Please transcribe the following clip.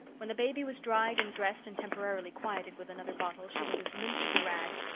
when the baby was dried and dressed and temporarily quieted with another bottle she was as limp as a rag.